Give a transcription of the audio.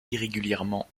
irrégulièrement